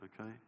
Okay